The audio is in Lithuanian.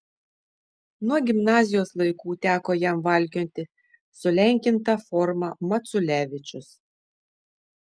nuo gimnazijos laikų teko jam valkioti sulenkintą formą maculevičius